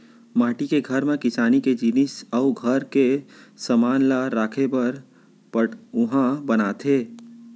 माटी के घर म किसानी के जिनिस अउ घर के समान ल राखे बर पटउहॉं बनाथे